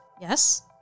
Yes